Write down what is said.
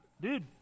dude